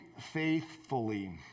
faithfully